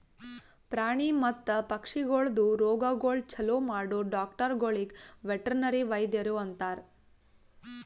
ಪ್ರಾಣಿ ಮತ್ತ ಪಕ್ಷಿಗೊಳ್ದು ರೋಗಗೊಳ್ ಛಲೋ ಮಾಡೋ ಡಾಕ್ಟರಗೊಳಿಗ್ ವೆಟರ್ನರಿ ವೈದ್ಯರು ಅಂತಾರ್